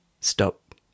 Stop